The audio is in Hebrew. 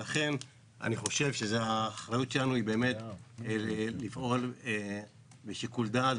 לכן אני חושב שהאחריות שלנו היא לפעול בשיקול דעת,